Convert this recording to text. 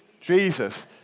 Jesus